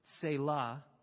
selah